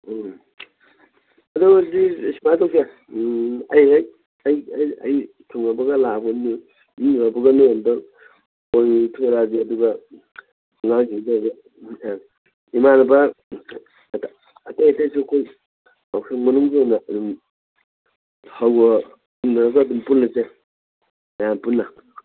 ꯎꯝ ꯑꯗꯨꯗꯤ ꯁꯨꯃꯥꯏ ꯇꯧꯁꯦ ꯑꯩ ꯍꯦꯛ ꯑꯩ ꯊꯨꯡꯉꯕꯒ ꯌꯨꯝ ꯌꯧꯔꯛꯄꯒ ꯅꯣꯏꯔꯣꯝꯗ ꯀꯣꯏꯊꯣꯔꯛꯑꯒꯦ ꯑꯗꯨꯒ ꯑꯉꯥꯡꯁꯤꯡꯒꯩꯒ ꯏꯃꯥꯟꯅꯕ ꯑꯇꯩ ꯑꯇꯩꯁꯨ ꯑꯩꯈꯣꯏ ꯌꯥꯎꯁꯪ ꯃꯅꯨꯡꯒꯤ ꯑꯣꯏꯅ ꯑꯗꯨꯝ ꯍꯧꯅꯔꯒ ꯑꯗꯨꯝ ꯄꯨꯜꯂꯁꯦ ꯃꯌꯥꯝ ꯄꯨꯟꯅ